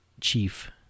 Chief